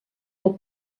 del